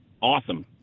awesome